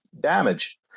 damage